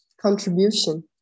contribution